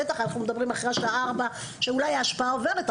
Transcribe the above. בטח אנחנו מדברים אחרי השעה 16:00 שאולי ההשפעה עוברת,